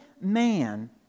man